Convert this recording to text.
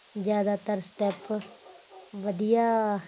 ਜ਼ਿਆਦਾਤਰ ਸਟੈਪ ਵਧੀਆ